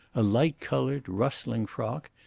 a light-coloured, rustling frock,